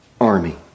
army